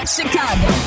Chicago